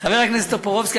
חבר הכנסת טופורובסקי,